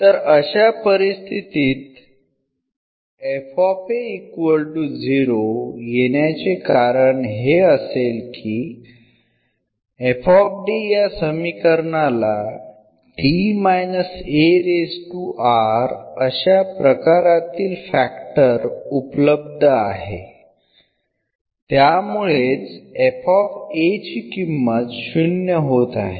तर अशा परिस्थितीत येण्याचे कारण हे असेल की या समीकरणाला अशा प्रकारातील फॅक्टर उपलब्ध आहे त्यामुळेच ची किंमत शून्य होत आहे